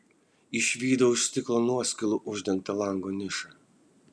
išvydau iš stiklo nuoskilų uždengtą lango nišą